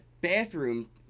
bathroom